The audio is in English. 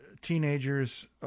teenagers